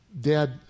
Dad